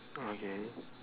okay